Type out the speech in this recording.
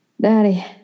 daddy